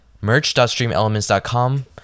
merch.streamelements.com